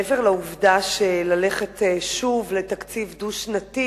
מעבר לעובדה שתקציב דו-שנתי